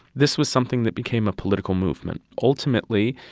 this was something that became a political movement. ultimately,